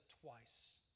twice